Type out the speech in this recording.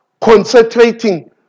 concentrating